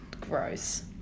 Gross